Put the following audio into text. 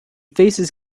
faces